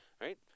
right